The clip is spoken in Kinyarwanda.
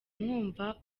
mwumva